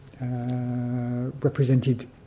represented